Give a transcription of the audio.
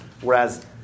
whereas